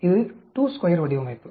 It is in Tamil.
இது 22 வடிவமைப்பு